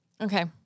Okay